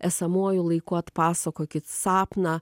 esamuoju laiku atpasakokit sapną